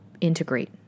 integrate